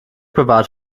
bewahrt